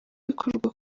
bikorwa